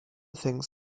things